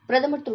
பிரதமர் திரு